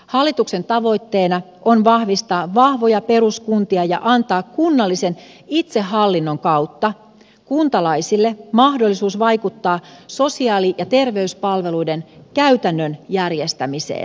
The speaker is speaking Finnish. hallituksen tavoitteena on vahvistaa vahvoja peruskuntia ja antaa kunnallisen itsehallinnon kautta kuntalaisille mahdollisuus vaikuttaa sosiaali ja terveyspalveluiden käytännön järjestämiseen